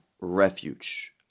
refuge